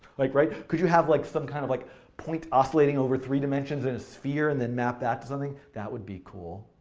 like, right? could you have like some kind of like points oscillating over three dimensions in a sphere, and then map that to something? that would be cool.